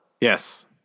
yes